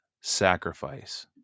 sacrifice